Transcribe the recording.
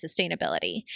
sustainability